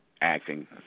acting